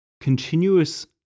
continuous